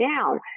down